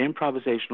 improvisational